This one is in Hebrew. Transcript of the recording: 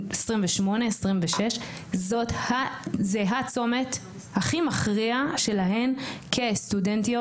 28, 26 זו הצומת הכי מכריעה שלהן כסטודנטיות.